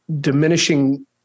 diminishing